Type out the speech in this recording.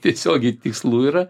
tiesiogiai tikslų yra